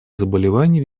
заболеваний